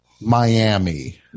miami